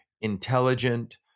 intelligent